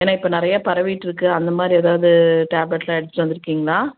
ஏன்னால் இப்போ நிறைய பரவிக்கிட்டு இருக்குது அந்த மாதிரி ஏதாவது டேப்லெட்யெலாம் எடுத்துகிட்டு வந்திருக்கீங்களா